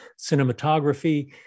cinematography